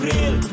Real